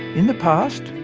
in the past,